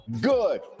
Good